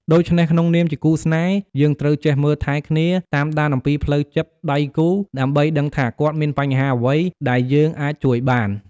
ដូច្នេះ ក្នុងនាមជាគូស្នេហ៍ យើងត្រូវចេះមើលថែគ្នា តាមដានអំពីផ្លូវចិត្តដៃគូ ដើម្បីដឹងថាគាត់មានបញ្ហាអ្វីដែលយើងអាចជួយបាន។